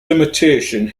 limitation